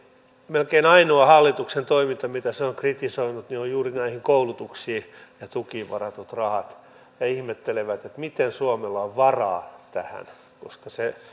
melkein ainoa hallituksen toiminta mitä ek esimerkiksi on kritisoinut on juuri näihin koulutuksiin ja tukiin varatut rahat he ihmettelevät miten suomella on varaa tähän koska se